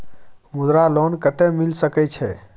मुद्रा लोन कत्ते मिल सके छै?